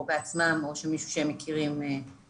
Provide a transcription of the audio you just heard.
או הם בעצמם או מישהו שהם מכירים נפגע.